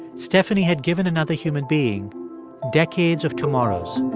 stephanie had given another human being decades of tomorrows